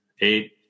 eight